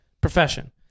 Profession